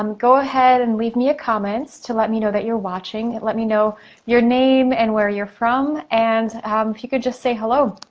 um go ahead and leave me a comment to let me know that you're watching, let me know your name and where you're from and if you could just say hello.